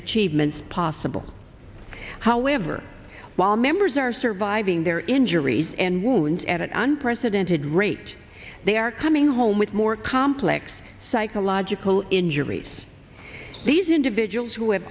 achievements possible however while members are surviving their injuries and wounds at unprecedented rate they are coming home with more complex psychological injuries these individuals who have